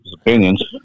opinions